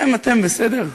אתם בסדר?